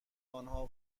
آنها